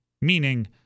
Meaning